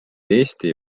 eesti